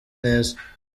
neza